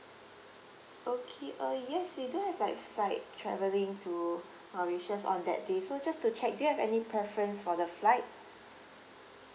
okay uh yes we do have like flight traveling to mauritius on that day so just to check do you have any preference for the flight